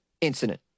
incident